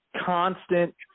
constant